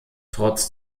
trotz